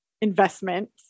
investment